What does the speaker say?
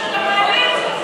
זו פעם ראשונה שאתה מעלה את זה.